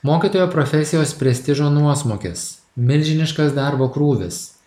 mokytojo profesijos prestižo nuosmukis milžiniškas darbo krūvis